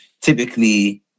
typically